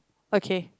okay